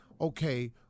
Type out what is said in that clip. okay